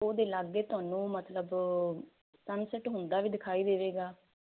ਉਹਦੇ ਲਾਗੇ ਤੁਹਾਨੂੰ ਮਤਲਬ ਸੰਨਸੈਟ ਹੁੰਦਾ ਵੀ ਦਿਖਾਈ ਦੇਵੇਗਾ